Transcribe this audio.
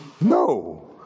No